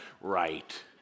right